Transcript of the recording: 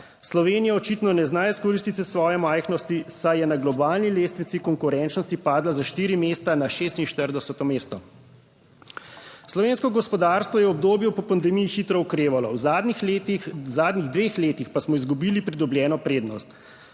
Slovenija očitno ne zna izkoristiti svoje majhnosti, saj je na globalni lestvici konkurenčnosti padla za štiri mesta, na 46. mesto. Slovensko gospodarstvo je v obdobju po pandemiji hitro okrevalo, v zadnjih letih, v zadnjih dveh letih pa smo izgubili pridobljeno prednost.